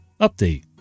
Update